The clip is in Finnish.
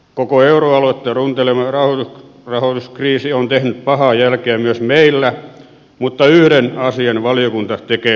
koko euroaluetta runteleva rahoituskriisi on tehnyt pahaa jälkeä myös meillä mutta yhden asian valiokunta tekee selväksi